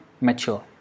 mature